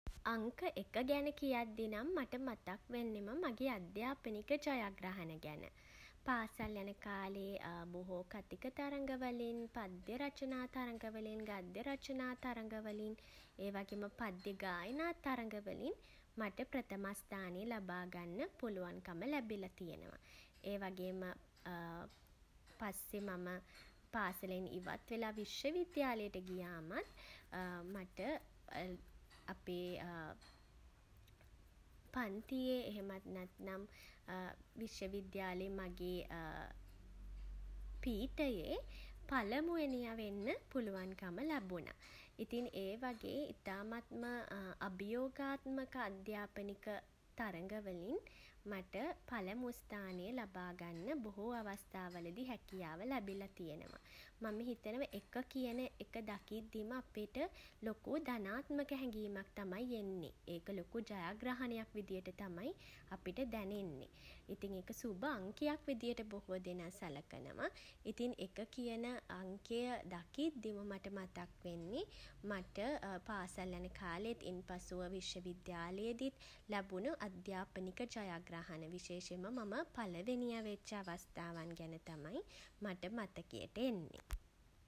අංක එක ගැන කියද්දී නම් මට මතක්වෙන්නෙම මගේ අධ්‍යාපනික ජයග්‍රහණ ගැන. පාසල් යන කාලේ බොහෝ කථික තරගවලින් පද්‍ය රචනා තරගවලින් ගද්‍ය රචනා තරගවලින් ඒවගේම පද්‍ය ගායනා තරගවලින් මට ප්‍රථමස්ථානය ලබා ගන්න පුළුවන්කම ලැබිලා තියෙනවා. ඒ වගේම පාසලින් ඉවත්වෙලා විශ්ව විද්‍යාලයට ගියාමත් මට අපේ පන්තියේ එහෙමත් නැත්නම් විශ්ව විද්‍යාලයේ මගේ පීඨයේ පළමු වැනියා වෙන්න පුළුවන්කම ලැබුනා. ඉතින් ඒවගේ ඉතාමත්ම අභියෝගාත්මක අධ්‍යාපනික තරගවලින් මට පළමු ස්ථානය ලබා ගන්න බොහෝ අවස්ථාවලදී හැකියාව ලැබිලා තියෙනවා. මම හිතනවා එක කියන එක දකිද්දිම අපිට ලොකු ධනාත්මක හැඟීමක් තමයි එන්නේ. ඒක ලොකු ජයග්‍රහණයක් විදිහට තමයි අපිට දැනෙන්නේ. ඉතින් ඒක සුබ අංකයක් විදිහට බොහෝ දෙනා සලකනවා. ඉතින් එක කියන අංකය දකිද්දිම මට මතක් වෙන්නේ මට පාසල් යන කාලෙත් ඉන් පසුව විශ්වවිද්යාලයේ දීත් ලැබුණු අධ්‍යාපනික ජයග්‍රහණ. විශේෂයෙන්ම මම පළවෙනියා වෙච්ච අවස්ථාවන් ගැන තමයි මට මතකයට එන්නේ.